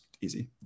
easy